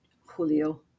Julio